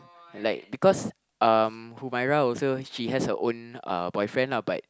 like because um Humairah also she has her own uh boyfriend lah but